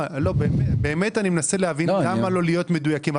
אני באמת מנסה להבין למה לא להיות מדויקים.